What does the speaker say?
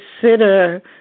consider